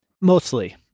Mostly